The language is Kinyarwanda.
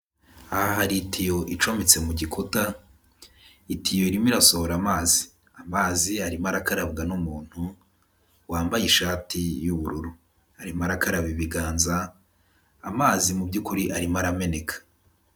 Aha hari itiyo icometse mu gikuta, itiyo irimo irasohora amazi, amazi arimo arakarabwa n'umuntu wambaye ishati y'ubururu, arimo arakaraba ibiganza, amazi mu by'ukuri arimo arameneka.